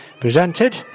presented